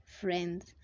friends